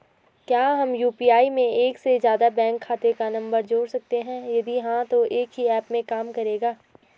क्या हम यु.पी.आई में एक से ज़्यादा बैंक खाते का नम्बर जोड़ सकते हैं यदि हाँ तो एक ही ऐप में काम करेगा?